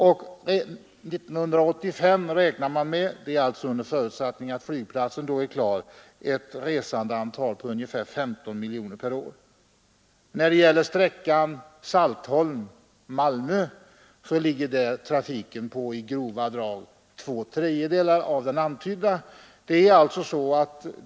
För år 1985, under förutsättning att flygplatsen då är klar, räknar man med ett resandeantal mellan Köpenhamn och Saltholm på ungefär 15 miljoner, och trafiken på sträckan Saltholm-—Malmö beräknas i grova drag uppgå till två tredjedelar av den siffran.